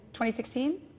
2016